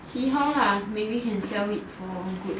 see how lah maybe can sell it for good